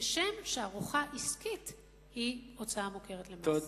כשם שארוחה עסקית היא הוצאה מוכרת לצורכי מס.